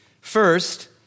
First